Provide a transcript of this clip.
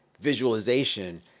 visualization